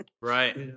Right